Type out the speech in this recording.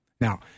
Now